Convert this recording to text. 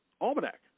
Almanac